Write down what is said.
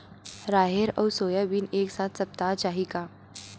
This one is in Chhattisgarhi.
राहेर अउ सोयाबीन एक साथ सप्ता चाही का?